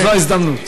זו ההזדמנות.